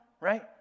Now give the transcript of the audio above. Right